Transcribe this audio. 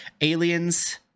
Aliens